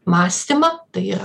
mąstymą tai